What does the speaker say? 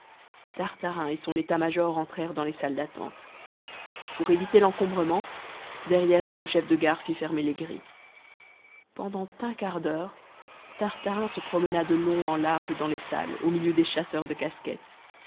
tartarin et son état-major entrèrent dans les salles d'attente pour éviter l'encombrement derrière eux le chef de gare fit fermer les grilles pendant un quart d'heure tartarin se promena de long en large dans les salles au milieu des chasseurs de casquettes